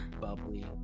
bubbly